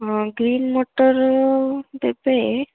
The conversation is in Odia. ହଁ ଗ୍ରୀନ୍ ମଟର ଦେବେ